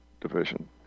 division